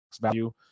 value